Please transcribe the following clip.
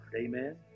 Amen